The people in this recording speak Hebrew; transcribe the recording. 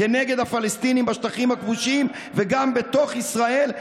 כנגד הפלסטינים בשטחים הכבושים וגם בתוך ישראל,